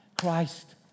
Christ